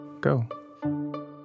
Go